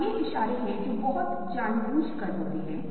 यह भविष्य के लिए एक बहुत ही दिलचस्प रणनीति हो सकती है